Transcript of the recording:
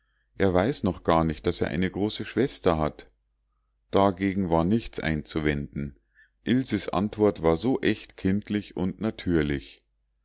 er weiß noch gar nicht daß er eine große schwester hat dagegen war nichts einzuwenden ilses antwort war so echt kindlich und natürlich